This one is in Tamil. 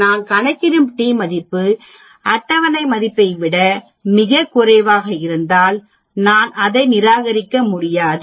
நான் கணக்கிடும் t மதிப்பு அட்டவணை மதிப்பை விட மிகக் குறைவாக இருந்தால் நான் அதை நிராகரிக்க முடியாது